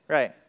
Right